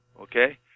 okay